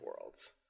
Worlds